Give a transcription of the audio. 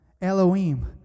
Elohim